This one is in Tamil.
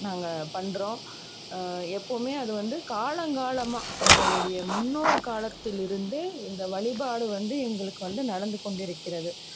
நாங்கள் பண்ணுறோம் எப்பவும் அது வந்து காலம் காலமாக எங்களுடைய முன்னோர் காலத்திலிருந்து இந்த வழிபாடு வந்து எங்களுக்கு வந்து நடந்து கொண்டு இருக்கிறது